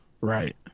right